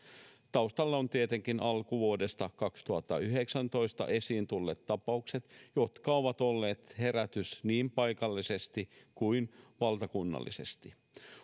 taustalla on tietenkin alkuvuodesta kaksituhattayhdeksäntoista esiin tulleet tapaukset jotka ovat olleet herätys niin paikallisesti kuin valtakunnallisesti